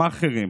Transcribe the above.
למאכערים.